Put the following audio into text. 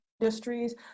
industries